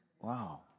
Wow